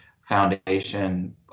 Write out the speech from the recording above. foundation